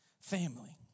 Family